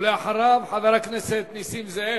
ואחריו, חבר הכנסת נסים זאב.